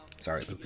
Sorry